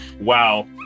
Wow